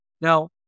Now